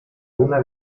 una